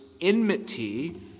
enmity